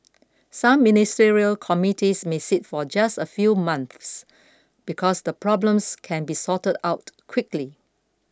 some Ministerial committees may sit for just a few months because the problems can be sorted out quickly